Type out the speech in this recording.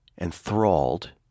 enthralled